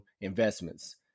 investments